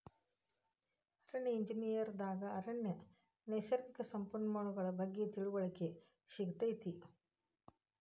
ಅರಣ್ಯ ಎಂಜಿನಿಯರ್ ದಾಗ ಅರಣ್ಯ ನೈಸರ್ಗಿಕ ಸಂಪನ್ಮೂಲಗಳ ಬಗ್ಗೆ ತಿಳಿವಳಿಕೆ ಸಿಗತೈತಿ